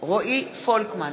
רועי פולקמן,